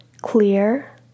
Clear